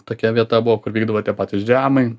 tokia vieta buvo kur vykdavo tie patys džiamai